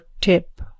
tip